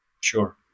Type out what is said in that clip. Sure